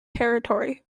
territory